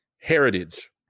heritage